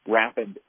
rapid